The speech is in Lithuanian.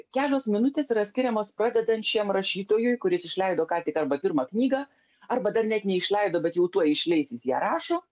kelios minutės yra skiriamos pradedančiam rašytojui kuris išleido ką tik arba pirmą knygą arba dar net neišleido bet jau tuoj išleis jis ją rašo